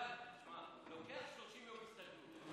תשמע, לוקח 30 יום הסתגלות.